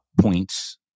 points